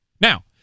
Now